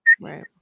right